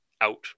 out